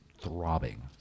throbbing